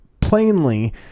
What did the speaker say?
plainly